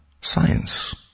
Science